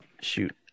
shoot